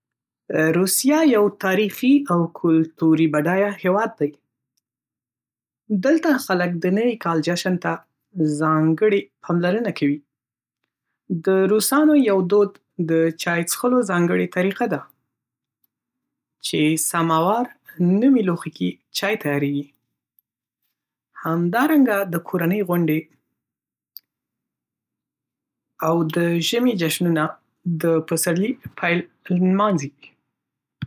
روسیه یو تاریخي او کلتوري بډای هیواد دی. دلته خلک د نوی کال جشن ته ځانګړې پاملرنه کوي. د روسانو یو دود د چای څښلو ځانګړی طریقه ده چې "ساموار" نومې لوښي کې چای تیارېږي. همدارنګه، د کورنۍ غونډې او د ژمي جشنونه د پسرلي پیل نمانځي.